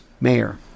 mayor